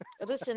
Listen